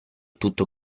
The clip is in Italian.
tutto